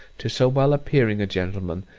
to so well-appearing a gentleman,